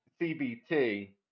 CBT